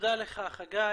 תודה לך, חגי.